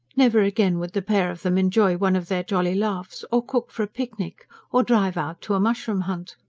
never again would the pair of them enjoy one of their jolly laughs or cook for a picnic or drive out to a mushroom hunt.